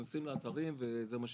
נכנסים לאתרים וזה מה שקורה,